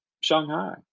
Shanghai